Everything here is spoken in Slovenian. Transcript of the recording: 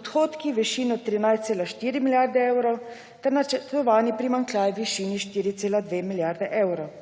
odhodki v višini 13,4 milijarde evrov ter načrtovani primanjkljaj v višini 4,2 milijarde evrov.